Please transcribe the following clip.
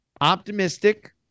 optimistic